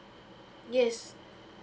yes